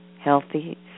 healthy